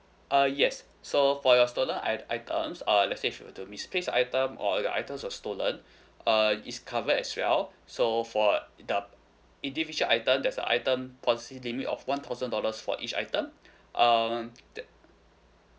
uh yes so for your stolen i~ items uh let's say for the misplaced item or your items are stolen uh is covered as well so for the individual item that's a item consists limit of one thousand dollars for each item um then